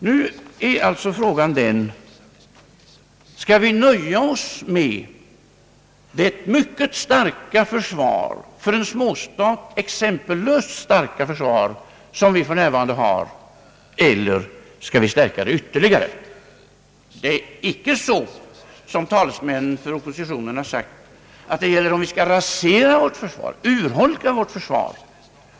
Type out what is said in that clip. Nu är frågan: Skall vi nöja oss med det för en småstat exempellöst starka försvar som vi för närvarande har eller skall vi stärka det ytterligare? Det är inte så som talesmän för oppositionen har sagt att det gäller om vi skall rasera vårt försvar, urholka det.